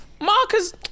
Marcus